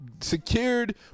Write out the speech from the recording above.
secured